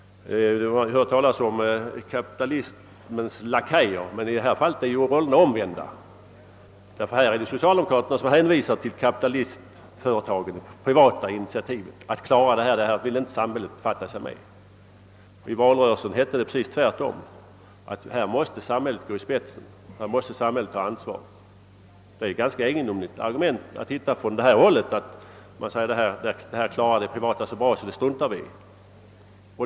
Vi har hört vulgärt tal om kapitalismens lakejer, men här är ju rollerna omvända, då socialdemokraterna hänvisar till kapitalistföretagen och det privata initiativet när det gäller att lösa dessa problem. Socialdemokraterna vill inte att samhället skall befatta sig med dem. I valrörelsen hette det precis tvärtom, att samhället måste gå i spetsen och ta ansvaret. Det är ett ganska egendomligt argument som här anföres, när man säger, att den privata företagsamheten klarar det hela så bra att samhället kan strunta i det.